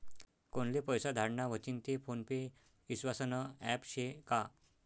कोनले पैसा धाडना व्हतीन ते फोन पे ईस्वासनं ॲप शे का?